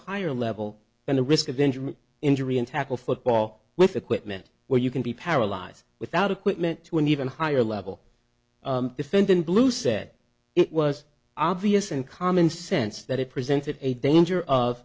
higher level than the risk of injury injury in tackle football with equipment where you can be paralyzed without equipment to an even higher level defend than blue said it was obvious and commonsense that it presented a danger of